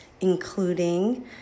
including